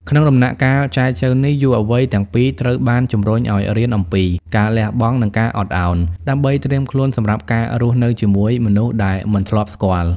ក្នុងដំណាក់កាលចែចូវនេះ យុវវ័យទាំងពីរត្រូវបានជំរុញឱ្យរៀនអំពី "ការលះបង់ និងការអត់ឱន" ដើម្បីត្រៀមខ្លួនសម្រាប់ការរស់នៅជាមួយមនុស្សដែលមិនធ្លាប់ស្គាល់។